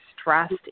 stressed